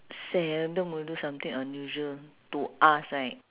seldom will do something unusual to us right